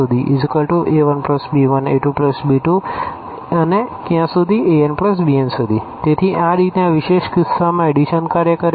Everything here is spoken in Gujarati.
a1a2anb1b2bna1b1a2b2anbn તેથી તે આ રીતે આ વિશેષ કિસ્સામાં એડીશન કાર્ય કરે છે